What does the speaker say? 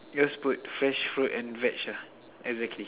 just put fresh fruit and veg ah exactly